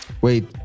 Wait